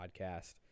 podcast